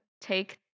take